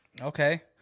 Okay